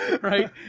Right